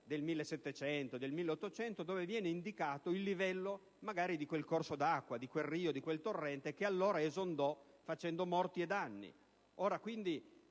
del 1700 o del 1800 dove viene indicato il livello magari di quel corso d'acqua, di quel rio, di quel torrente che allora esondò facendo morti e danni. Quindi,